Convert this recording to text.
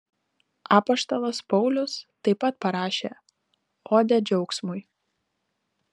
apaštalas paulius taip pat parašė odę džiaugsmui